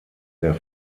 der